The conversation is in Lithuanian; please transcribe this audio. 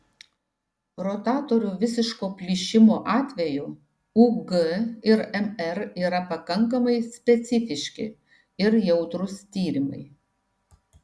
rotatorių visiško plyšimo atveju ug ir mr yra pakankamai specifiški ir jautrūs tyrimai